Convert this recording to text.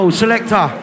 selector